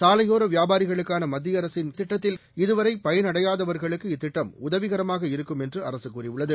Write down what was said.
சாலையோர வியாபாரிகளுக்கான மத்திய இதுவரை பயனடையாதவர்களுக்கு இத்திட்டம் உதவிகரமாக இருக்கும் என்று அரசு கூறியுள்ளது